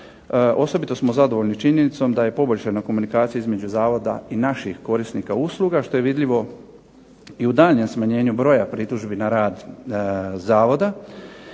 Osobito smo zadovoljni činjenicom da je poboljšana komunikacija između zavoda i naših korisnika usluga, što je vidljivo i u daljnjem smanjenju broja pritužbi na rad zavoda,